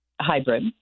hybrid